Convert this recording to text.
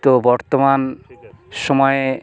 তো বর্তমান সময়ে